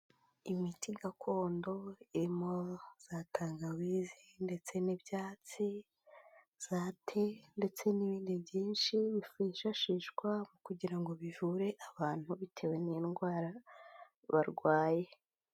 Imiti gakondo irimo za tangawizi ndetse n'ibyatsi, za te ndetse n'ibindi byinshi byifashishwa mu kugira ngo bivure abantu bitewe n'indwara barwaye.